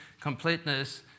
completeness